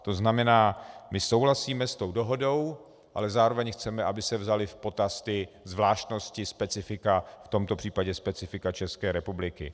To znamená, my souhlasíme s dohodou, ale zároveň chceme, aby se vzaly v potaz zvláštnosti, specifika, v tomto případě specifika České republiky.